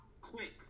Quick